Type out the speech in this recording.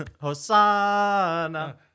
Hosanna